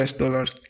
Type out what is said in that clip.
dollars